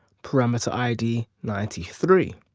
parameter id ninety three.